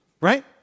Right